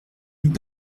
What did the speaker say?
nous